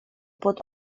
pod